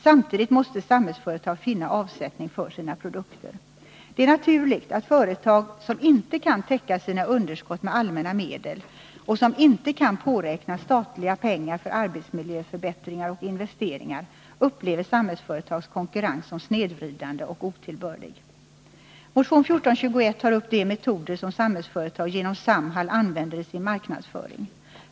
Samtidigt måste Samhällsföretag finna avsättning för sina produkter. Det är naturligt att företag som inte kan täcka sina underskott med allmänna medel och som inte kan påräkna statliga pengar för arbetsmiljöförbättringar och investeringar upplever Samhällsföretags konkurrens som snedvridande och otillbörlig. Motion 1421 tar upp de metoder som Samhällsföretag genom Samhall AB använder i sin marknadsföring.